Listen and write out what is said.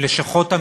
עם לשכות המסחר.